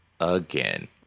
again